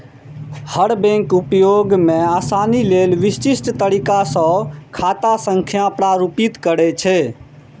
हर bank उपयोग मे आसानी लेल विशिष्ट तरीका सं खाता संख्या प्रारूपित करै छै